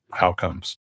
outcomes